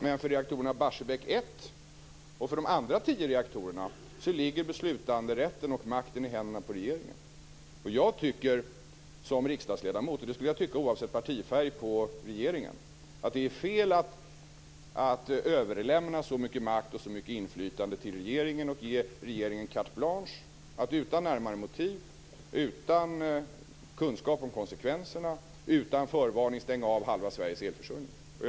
Men för reaktorerna Barsebäck 1 och de andra tio reaktorerna ligger beslutanderätten och makten i händerna på regeringen. Jag tycker som riksdagsledamot - det skulle jag tycka oavsett partifärg på regeringen - att det är fel att överlämna så mycket makt och inflytande till regeringen och ge regeringen carte blanche för att utan närmare motiv, utan kunskap om konsekvenserna, utan förvarning stänga av halva Sveriges elförsörjning.